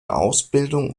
ausbildung